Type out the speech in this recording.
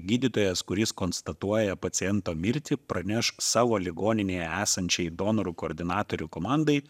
gydytojas kuris konstatuoja paciento mirtį pranešk savo ligoninėje esančiai donorų koordinatorių komandai